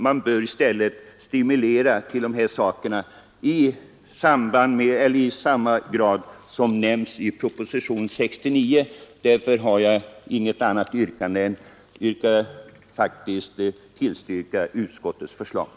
Man bör i stället stimulera dessa åtgärder på samma sätt som nämnts i proposition nr 69. Jag har därför inget annat yrkande än om bifall till utskottets hemställan.